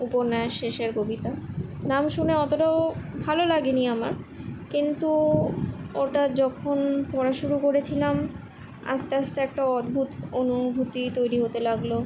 উপন্যাস শেষের কবিতা নাম শুনে অতটাও ভালো লাগে নি আমার কিন্তু ওটা যখন পড়া শুরু করেছিলাম আস্তে আস্তে একটা অদ্ভুত অনুভূতি তৈরি হতে লাগলো